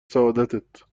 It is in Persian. سعادتت